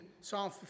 Psalm